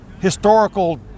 historical